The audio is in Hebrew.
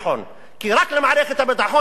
כי רק למערכת הביטחון יש ערך,